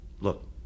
look